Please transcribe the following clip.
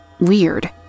weird